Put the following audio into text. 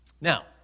Now